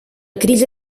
crisi